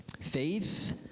faith